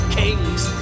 kings